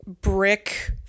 brick